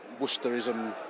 Worcesterism